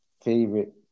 Favorite